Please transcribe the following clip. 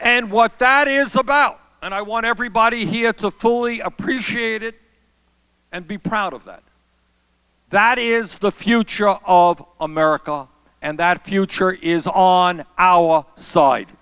and what that is about and i want everybody here to fully appreciate it and be proud of that that is the future of america and that future is on our side